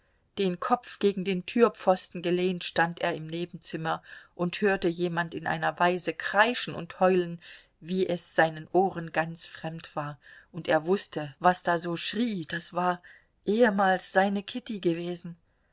den kopf gegen den türpfosten gelehnt stand er im nebenzimmer und hörte jemand in einer weise kreischen und heulen wie es seinen ohren ganz fremd war und er wußte was da so schrie das war ehemals seine kitty gewesen